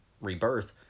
rebirth